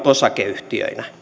osakeyhtiöinä